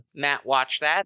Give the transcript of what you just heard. MattWatchThat